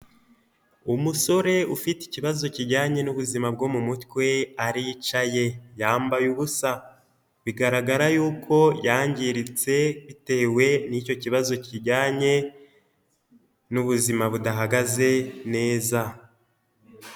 Umusore ufite ikibazo kijyanye n'ubuzima bwo mu mutwe, aricaye, yambaye ubusa. Bigaragara yuko yangiritse bitewe n'icyo kibazo kijyanye n'ubuzima budahagaze neza.